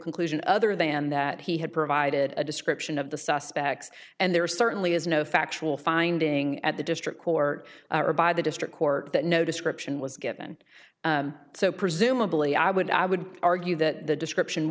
conclusion other than that he had provided a description of the suspects and there certainly is no factual finding at the district court or by the district court that no description was given so presumably i would i would argue that the description